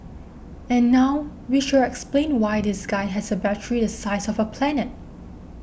and now we shall explain why this guy has a battery the size of a planet